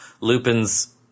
Lupin's